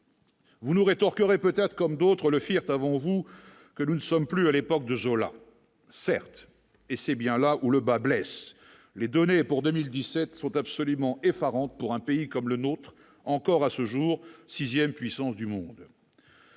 Vous nous rétorquer aurait peut-être comme d'autres le firent Pavon vous que nous ne sommes plus à l'époque de Zola, certes, et c'est bien là où le bât blesse : les données pour 2017 sont absolument effarante pour un pays comme le nôtre, encore à ce jour 6ème puissance du monde.